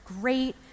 great